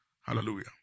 Hallelujah